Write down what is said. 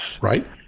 Right